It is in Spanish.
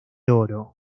oro